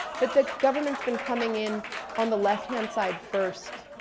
but the government's been coming in on the left hand side first.